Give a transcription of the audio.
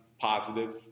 positive